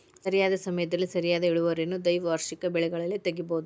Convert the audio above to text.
ಸರಿಯಾದ ಸಮಯದಲ್ಲಿ ಸರಿಯಾದ ಇಳುವರಿಯನ್ನು ದ್ವೈವಾರ್ಷಿಕ ಬೆಳೆಗಳಲ್ಲಿ ತಗಿಬಹುದು